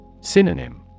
Synonym